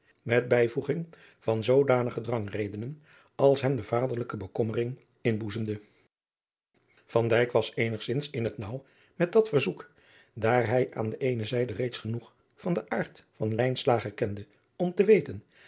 met bijvoeging van zoodanige drangredenen als hem de vaderlijke bekommering inboezemde adriaan loosjes pzn het leven van maurits lijnslager van dijk was eenigzins in het naauw met dat verzoek daar hij aan de eene zijde reeds genoeg van den aard van lijnslager kende om te weten